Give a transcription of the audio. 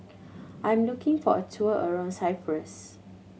I'm looking for a tour around Cyprus